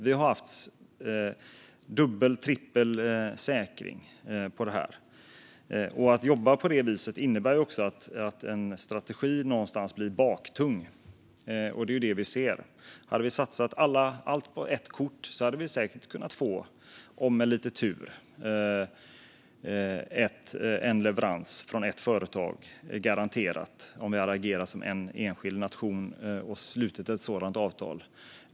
Man har haft dubbel och trippel säkring på det här. Att jobba på det viset innebär också att en strategi någonstans blir baktung, och det är det vi ser här. Hade vi satsat allt på ett kort hade vi säkert - med lite tur - kunnat få en leverans från ett företag, garanterat, om vi hade agerat som en enskild nation och slutit ett sådant avtal.